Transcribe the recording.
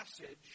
message